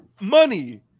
money